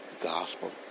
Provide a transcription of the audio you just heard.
gospel